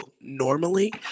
normally